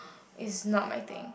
is not my thing